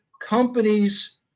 companies